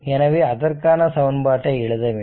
எனவே அதற்கான சமன்பாட்டை எழுத வேண்டும்